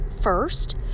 first